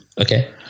okay